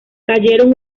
cayeron